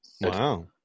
Wow